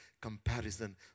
comparison